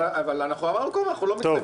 אבל אמרנו כל הזמן שאנחנו לא מתנגדים.